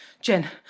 Jen